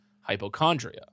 hypochondria